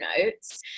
notes